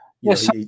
yes